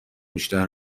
بیشتر